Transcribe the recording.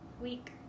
week